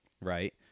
right